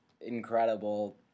incredible